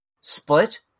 split